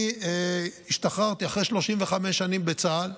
אני השתחררתי אחרי 35 שנים בצה"ל,